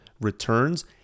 returns